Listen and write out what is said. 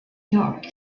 york